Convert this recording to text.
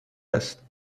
است